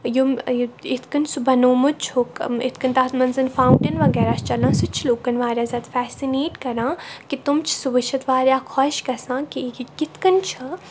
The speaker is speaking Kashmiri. یِم یِتھ کٔنۍ سُہ بَنومُت چھُکھ اِتھ کٔنۍ تَتھ منٛز فاوٹین وَغیرَہ چھِ چَلان سُہ چھُ لُکَن واریاہ زِیادٕ فیسِنیٹ کَران کہِ تِم چھِ وٕچھِتھ واریاہ خۄش گَژھان کہِ یہِ کِتھ کٔنۍ چھِ